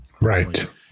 Right